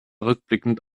rückblickend